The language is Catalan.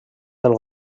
del